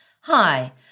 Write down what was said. Hi